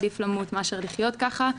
עדיף למות מאשר לחיות כך".